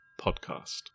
Podcast